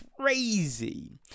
crazy